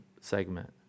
segment